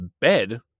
Bed